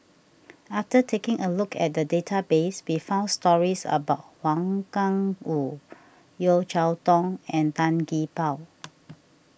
after taking a look at the database we found stories about Wang Gungwu Yeo Cheow Tong and Tan Gee Paw